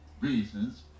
reasons